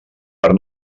per